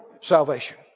salvation